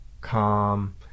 calm